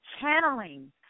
channeling